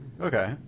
okay